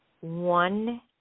one